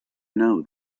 know